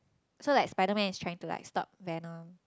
so like Spiderman is trying to like stop venom